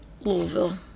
Louisville